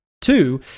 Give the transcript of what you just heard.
Two